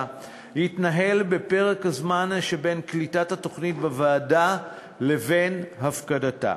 יתנהל בפרק הזמן שבין קליטת התוכנית בוועדה לבין הפקדתה.